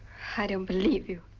i don't believe you.